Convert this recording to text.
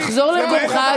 תחזור למקומך.